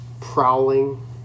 prowling